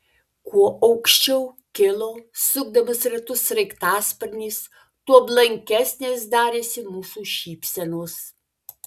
kuo aukščiau kilo sukdamas ratus sraigtasparnis tuo blankesnės darėsi mūsų šypsenos